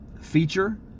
feature